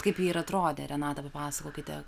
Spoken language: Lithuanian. kaip jie ir atrodė renata papasakokite